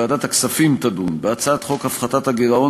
ועדת הכספים תדון בהצעת חוק הפחתת הגירעון